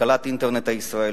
כלכלת אינטרנט ישראלית.